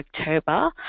October